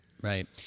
Right